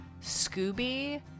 scooby